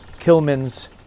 kilman's